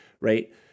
right